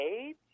age